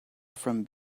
from